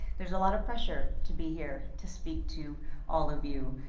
there's a lot of pressure to be here to speak to all of you.